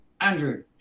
Andrew